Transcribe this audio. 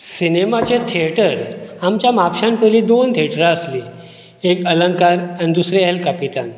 सिनिमाचें theatre आमच्या म्हापश्यांत पयली दोन थिएटरां आसली एक अलंकार आनी दुसरे एल कापितान